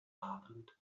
abend